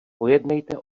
pojednejte